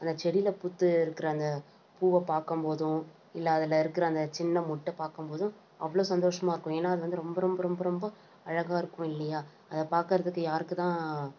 அந்த செடியில் பூத்து இருக்கிற அந்த பூவை பார்க்கம் போதும் இல்லை அதில் இருக்கிற அந்த சின்ன மொட்டை பார்க்கும் போதும் அவ்வளோ சந்தோஷமாக இருக்கும் ஏன்னால் அது வந்து ரொம்ப ரொம்ப ரொம்ப ரொம்ப அழகாக இருக்கும் இல்லையா அதை பார்க்குறதுக்கு யாருக்குதான்